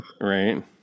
right